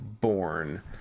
born